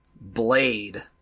Blade